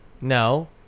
no